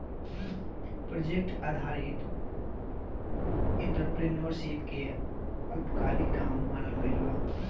project आधारित entrepreneurship के अल्पकालिक काम मानल गइल बा